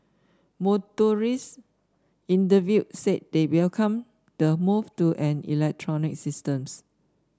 motorist interviewed said they welcome the move to an electronic system